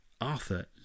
Arthur